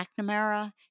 McNamara